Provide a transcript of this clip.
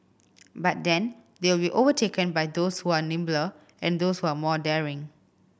but then they will be overtaken by those who are nimbler and those who are more daring